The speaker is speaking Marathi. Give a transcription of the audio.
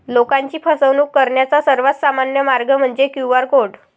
लोकांची फसवणूक करण्याचा सर्वात सामान्य मार्ग म्हणजे क्यू.आर कोड